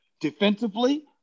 defensively